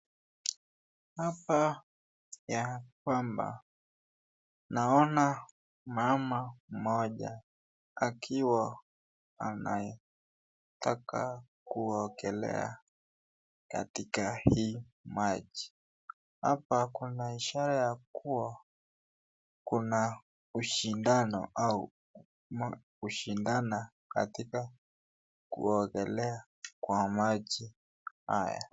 Hapa ya kwamba, naona mama mmoja akiwa anataka kuongelea katika hii maji, hapa kunaishara ya kuwa kuna ushindano ama kushindana katika kuongelea kwa maji haya.